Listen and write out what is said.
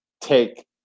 take